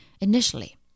Initially